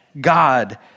God